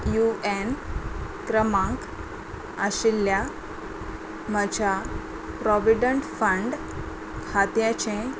you N क्रमांक आशिल्ल्या म्हज्या प्रोविडंट फंड खात्याचे